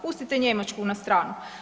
Pustite Njemačku na stranu.